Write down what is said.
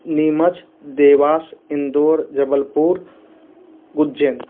Neemuch Dewas Indore Jabalpur Ujjain